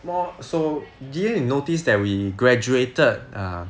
more so didn't you notice that we graduated err